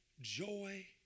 joy